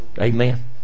Amen